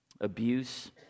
abuse